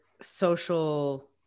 social